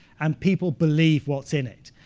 and people believe what's in it.